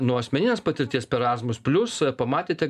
nuo asmeninės patirties per erasmus plius pamatėte